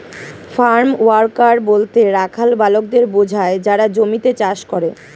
farm worker বলতে রাখাল বালকদের বোঝায় যারা জমিতে চাষ করে